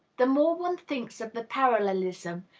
the more one thinks of the parallelism,